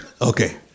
Okay